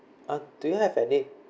uh do you have any